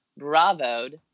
bravoed